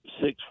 six